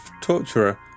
Torturer